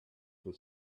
for